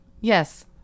Yes